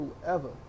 Whoever